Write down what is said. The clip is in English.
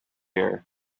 air